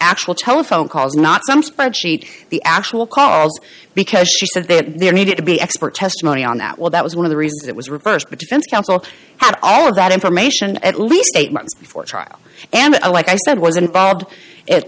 actual telephone calls not some spreadsheet the actual calls because she said that there needed to be expert testimony on that well that was one of the reasons it was reversed but defense counsel had all of that information at least eight months before trial and like i said was involved at